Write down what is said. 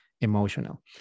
emotional